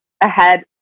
ahead